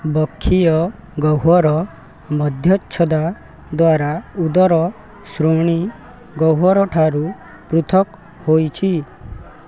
ବକ୍ଷୀୟ ଗହ୍ୱର ମଧ୍ୟଚ୍ଛଦା ଦ୍ୱାରା ଉଦର ଶ୍ରୋଣୀ ଗହ୍ୱର ଠାରୁ ପୃଥକ୍ ହୋଇଛି